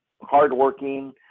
hardworking